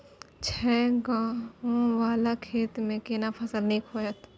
छै ॉंव वाला खेत में केना फसल नीक होयत?